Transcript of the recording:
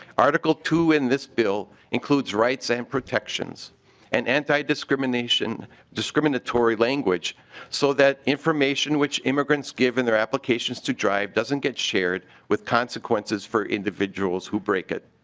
article two in this bill includes rights and protections and antidiscrimination discriminatory language so that information which immigrants give and an application to drive doesn't get shared with consequences for individuals who break it.